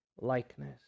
likeness